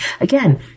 Again